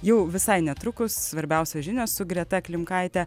jau visai netrukus svarbiausios žinios su greta klimkaite